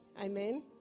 Amen